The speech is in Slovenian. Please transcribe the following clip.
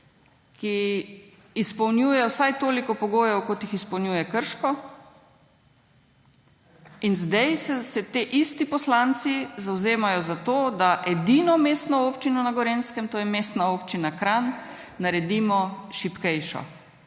ki izpolnjuje vsaj toliko pogojev, kot jih izpolnjuje Krško. In zdaj se ti isti poslanci zavzemajo za to, da edino mestno občino na Gorenjskem, to je Mestna občina Kranj, naredimo šibkejšo.